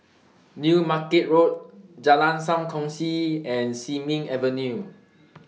New Market Road Jalan SAM Kongsi and Sin Ming Avenue